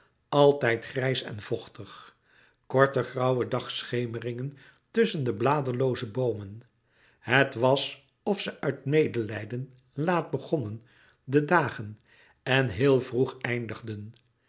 altijd grijs en vochtig korte grauwe dagschemeringen tusschen de bladerlooze boomen het was of ze uit medelijden laat begonnen de dagen en heel vroeg eindigden